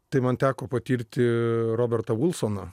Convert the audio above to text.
tai man teko patirti robertą vilsoną